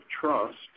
trust